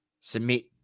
submit